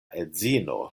edzino